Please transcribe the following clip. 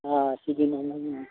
अह सिखिनाय माने